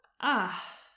Ah